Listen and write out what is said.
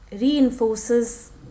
reinforces